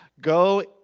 Go